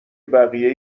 بقیه